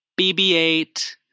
BB-8